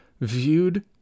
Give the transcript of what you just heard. viewed